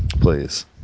please